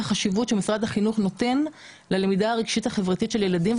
החשיבות שמשרד החינוך נותן ללמידה הרגשית והחברתית של הילדים,